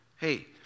Hey